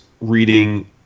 reading